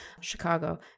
Chicago